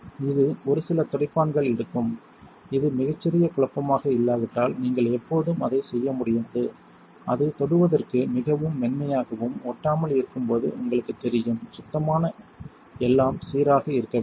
இது ஒரு சில துடைப்பான்கள் எடுக்கும் இது மிகச் சிறிய குழப்பமாக இல்லாவிட்டால் நீங்கள் எப்போது அதைச் செய்ய முடியாது அது தொடுவதற்கு மிகவும் மென்மையாகவும் ஒட்டாமல் இருக்கும் போது உங்களுக்குத் தெரியும் சுத்தமான எல்லாம் சீராக இருக்க வேண்டும்